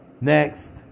Next